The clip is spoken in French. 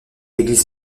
église